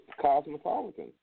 Cosmopolitan